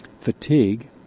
fatigue